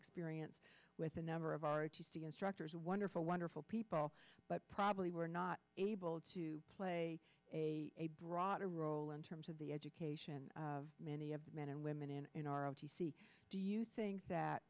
experience with a number of our instructors wonderful wonderful people but probably were not able to play a broader role in terms of the education of many of the men and women in in our own do you think that